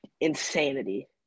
insanity